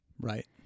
Right